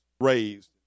raised